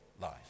life